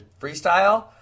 freestyle